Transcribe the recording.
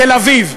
תל-אביב,